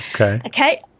Okay